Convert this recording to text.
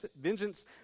vengeance